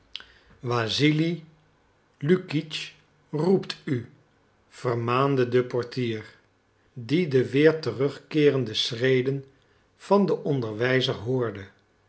wassili lukitsch roept u vermaande de portier die de weer terugkeerende schreden van den onderwijzer hoorde